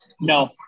No